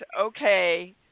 Okay